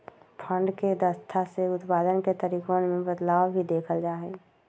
fund के दक्षता से उत्पाद के तरीकवन में बदलाव भी देखल जा हई